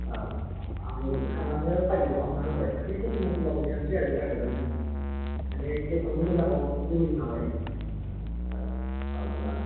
औ आंबो बेखौ साननानैनो प्राइभेटाव खालामना होबाय माने खस्थ' मस्थ'बाबो सोनोसै आरो प्राइभेटावनो माने गथ'नि मोजांखौ लुबैदों नालाय औ औ मोजां